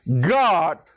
God